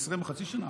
חצי שנה.